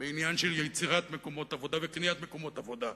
בעניין של יצירת מקומות עבודה וקניית מקומות עבודה.